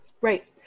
Right